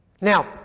Now